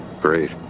great